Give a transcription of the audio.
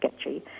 sketchy